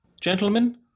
gentlemen